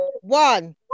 one